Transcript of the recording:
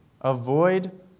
avoid